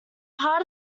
part